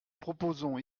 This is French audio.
proposons